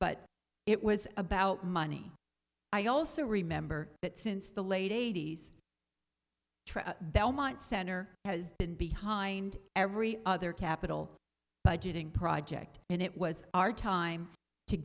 but it was about money i also remember that since the late eighty's belmont center has been behind every other capital budgeting project and it was our time to